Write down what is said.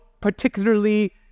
particularly